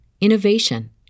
innovation